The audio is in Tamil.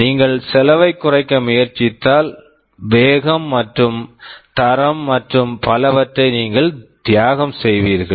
நீங்கள் செலவைக் குறைக்க முயற்சித்தால் வேகம் மற்றும் தரம் மற்றும் பலவற்றை நீங்கள் தியாகம் செய்வீர்கள்